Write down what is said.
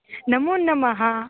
नमोनमः